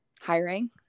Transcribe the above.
hiring